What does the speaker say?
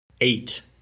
eight